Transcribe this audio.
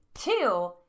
Two